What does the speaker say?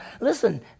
listen